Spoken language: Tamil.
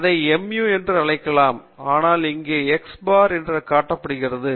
அதை mu என அழைக்கலாம் ஆனால் இங்கே x bar என காட்டப்படுகிறது